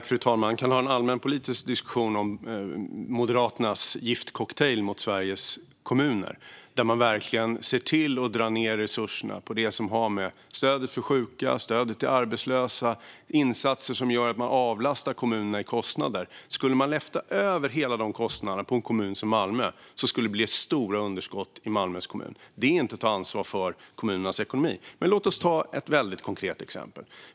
Fru talman! Vi kan ha en allmänpolitisk diskussion om Moderaternas giftcocktail mot Sveriges kommuner, där man verkligen drar ned resurserna till det som har med stöd till sjuka och arbetslösa att göra, liksom med insatser som gör att man avlastar kommunerna i kostnader. Skulle man lyfta över alla dessa kostnader på en kommun som Malmö skulle det bli stora underskott där. Det är inte att ta ansvar för kommunernas ekonomi. Men låt oss ta ett väldigt konkret exempel.